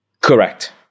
Correct